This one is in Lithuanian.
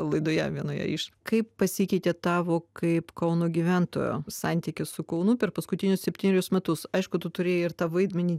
laidoje vienoje iš kaip pasikeitė tavo kaip kauno gyventojo santykis su kaunu per paskutinius septynerius metus aišku tu turėjai ir tą vaidmenį